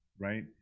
Right